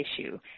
issue